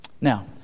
Now